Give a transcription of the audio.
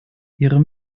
ihre